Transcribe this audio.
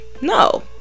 no